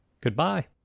Goodbye